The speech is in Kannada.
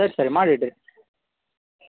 ಸರಿ ಸರಿ ಮಾಡಿ ಇಡ್ರಿ